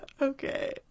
Okay